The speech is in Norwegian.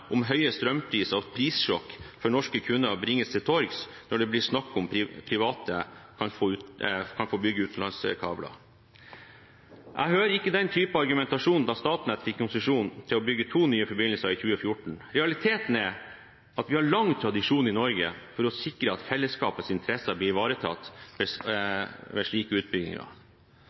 om høye strømpriser og prissjokk for norske kunder bringes til torgs når det blir snakk om at private kan få bygge utenlandskabler. Jeg hørte ikke den typen argumentasjon da Statnett fikk konsesjon til å bygge to nye forbindelser i 2014. Realiteten er at vi har lang tradisjon i Norge for å sikre at fellesskapets interesser blir ivaretatt ved slike utbygginger.